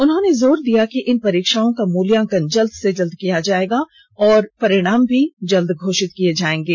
उन्होंने जोर दिया कि इन परीक्षाओं का मूल्यांकन जल्द से जल्द किया जाएगा और परिणाम भी शीघ्र घोषित कर दिये जाएंगे